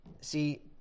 See